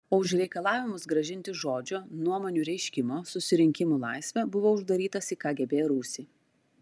o už reikalavimus grąžinti žodžio nuomonių reiškimo susirinkimų laisvę buvau uždarytas į kgb rūsį